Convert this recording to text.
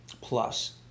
plus